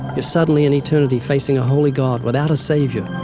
you're suddenly in eternity facing a holy god without a savior.